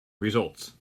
results